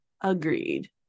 Agreed